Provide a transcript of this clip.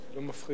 זה לא מפחית.